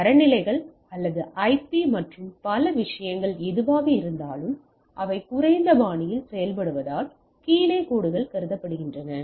தரநிலைகள் அல்லது ஐபி மற்றும் பிற விஷயங்கள் எதுவாக இருந்தாலும் அதே குறைந்த பாணியில் செயல்படுவதால் கீழ் கோடுகள் கருதப்படுகின்றன